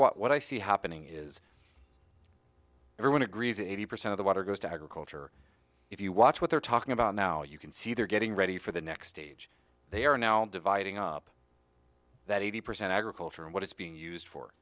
what i see happening is everyone agrees eighty percent of the water goes to agriculture if you watch what they're talking about now you can see they're getting ready for the next stage they are now dividing up that eighty percent agriculture and what it's being used for